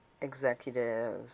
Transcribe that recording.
executives